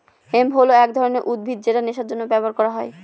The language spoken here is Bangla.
হেম্প হল এক ধরনের উদ্ভিদ যেটা নেশার জন্য ব্যবহার করা হয়